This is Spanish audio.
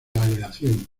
aleación